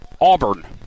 Auburn